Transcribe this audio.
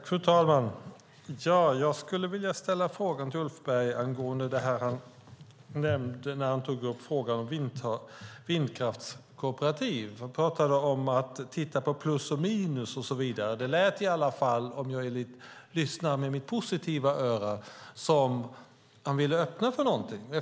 Fru talman! Jag skulle vilja ställa en fråga till Ulf Berg. Han tog upp frågan om vindkraftskooperativ och talade om att titta på plus och minus och så vidare. Om jag lyssnar med mitt positiva öra lät det som att han ville öppna för någonting.